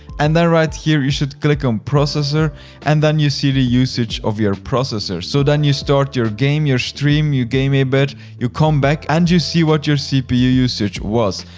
and then right here you should click on processor and then you see the usage of your processor. so then you start your game, your stream, you game a bit, you come back, and you see what your cpu usage was.